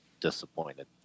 disappointed